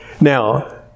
Now